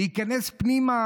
להיכנס פנימה,